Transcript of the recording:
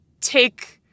take